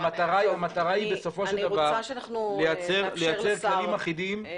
המטרה היא לייצר כללים אחידים גורפים.